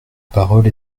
parole